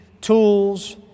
tools